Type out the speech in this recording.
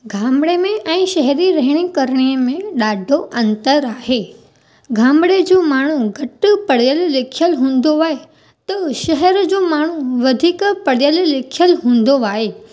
गामिड़े में ऐं शहरी रहणी करिणीअ में ॾाढो अंतर आहे गामिड़े जो माण्हू घटि पढ़ियल लिखियल हूंदो आहे त शहर जो माण्हू वधीक पढ़ियल लिखियल हूंदो आहे